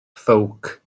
ffowc